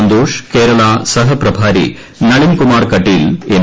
സന്തോഷ് കേരള സഹപ്രഭാരി നളിൻ കുമാർ കട്ടീൽ എം